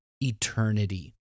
eternity